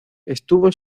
estuvo